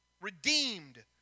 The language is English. Redeemed